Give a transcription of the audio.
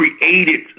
created